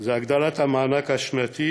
זה הגדלת המענק השנתי